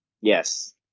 Yes